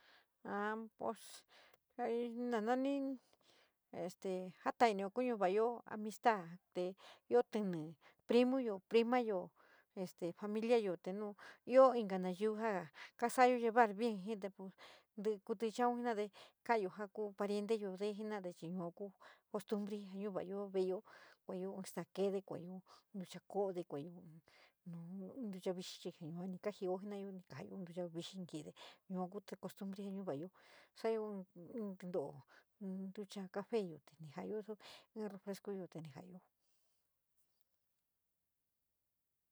A pos a nanani este jatainio ku ña va´ayo amistad te io tíní primayo, primayo este familiayo un io inka nayiu ja kasayo llevar bien ji te ntíí kuítí cha´aun jena´ade ka´ayo ja ku parienteyo de jena´ade chi yua ku costumbri ja nava´ayo veeyo, kua´ayo in staa keede, kuayo ntucha koode, nun nun ntucha vixi chi yuani kaji jena´ayo kua áyo in ntucha vixi ni kajide yua ku in costumbre ja ncha va´ayo, sa´ayo intíto´o ntucha cafe yo, ni ja´ayo in refrescuyo te ni ja´ayo.